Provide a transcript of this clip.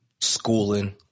schooling